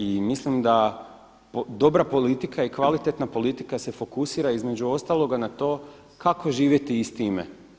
I mislim da dobra politika i kvalitetna politika se fokusira između ostaloga na to kako živjeti i s time.